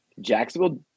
Jacksonville